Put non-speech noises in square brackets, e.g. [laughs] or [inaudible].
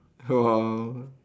[laughs] !wow!